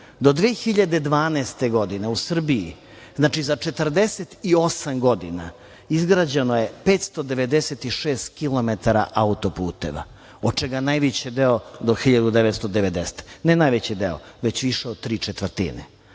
do 2012. godine u Srbiji, znači za 48 godina, izgrađeno je 596 kilometara autoputeva, a od čega najveći deo do 1990. godine. Ne najveći deo, već više od tri četvrtine,